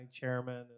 chairman